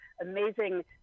amazing